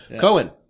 Cohen